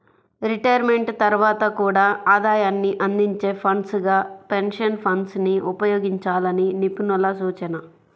retirement తర్వాత కూడా ఆదాయాన్ని అందించే ఫండ్స్ గా పెన్షన్ ఫండ్స్ ని ఉపయోగించాలని నిపుణుల సూచన